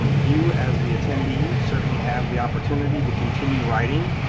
um you, as the attendee, certainly have the opportunity to continue writing